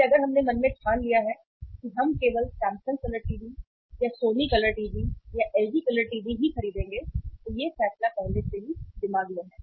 इसलिए अगर हमने मन में ठान लिया है कि हम केवल सैमसंग कलर टीवी या सोनी कलर टीवी या एलजी कलर टीवी ही खरीदेंगे तो यह फैसला पहले से ही दिमाग में है